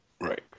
Right